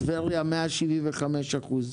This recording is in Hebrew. טבריה התייקרות בגובה של 175 אחוזים